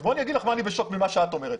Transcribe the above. בואי אני אגיד במה אני בשוק ממה שאת אומרת.